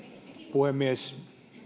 puhemies